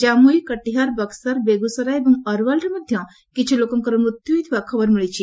କାମୁଇ କଟିହାର ବକ୍ୱାର ବେଗୁସରାଇ ଏବଂ ଅର୍ୱାଲ୍ରେ ମଧ୍ୟ କିଛି ଲୋକଙ୍କର ମୃତ୍ୟୁ ହୋଇଥିବାର ଖବର ମିଳିଛି